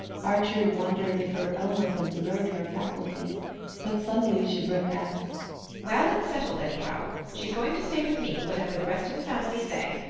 archer wondered if her illness had blurred her faculties but suddenly she broke out well, it's settled, anyhow she's going to stay with me, whatever the rest of the family say!